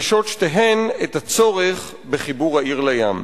מדגישות שתיהן את הצורך בחיבור העיר לים.